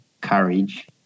courage